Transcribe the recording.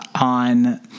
on